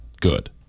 good